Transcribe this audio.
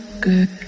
good